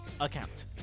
account